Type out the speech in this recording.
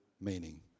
meaning